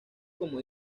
como